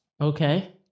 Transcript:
Okay